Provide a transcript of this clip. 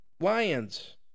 Lions